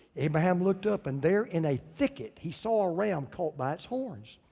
abraham looked up and there in a thicket, he saw ah ram caught by its horns.